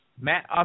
Matt